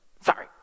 sorry